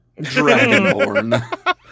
Dragonborn